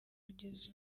kugeza